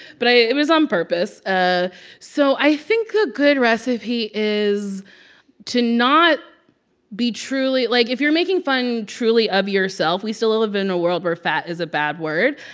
but i it was on um purpose. ah so i think a good recipe is to not be truly like, if you're making fun truly of yourself we still live in a world where fat is a bad word.